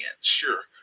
Sure